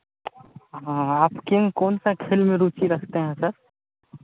हाँ आप कौन कौन सा खेल में रुचि रखते हैं सर